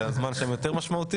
של חה"כ אוריאל בוסו,